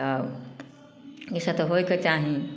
तऽ इसब तऽ होइके चाही